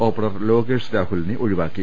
opener Lokesh രാഹുലിനെ ഒഴിവാക്കി